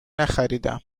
نخریدهام